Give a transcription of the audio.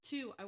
Two